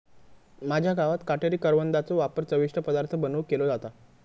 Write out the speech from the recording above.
माझ्या गावात काटेरी करवंदाचो वापर चविष्ट पदार्थ बनवुक केलो जाता